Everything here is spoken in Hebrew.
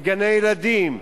לגני-ילדים,